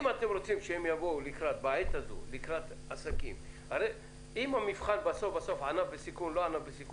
בעת הזו הייתם